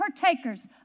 partakers